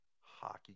hockey